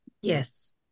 Yes